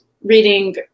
reading